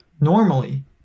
normally